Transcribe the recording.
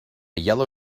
yellow